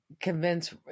convince